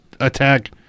attack